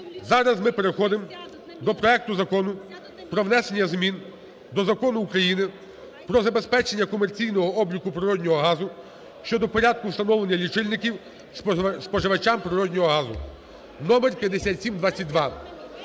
Зараз ми переходимо до проекту Закону про внесення змін до Закону України "Про забезпечення комерційного обліку природного газу" щодо порядку встановлення лічильників споживачам природного газу (номер 5722).